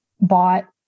bought